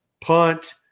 punt